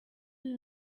you